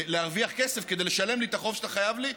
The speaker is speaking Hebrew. להרוויח כסף כדי לשלם לי את החוב שאתה חייב לי,